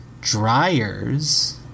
Dryers